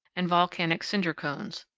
and volcanic cinder cones.